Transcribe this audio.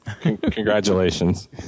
congratulations